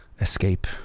escape